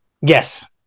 Yes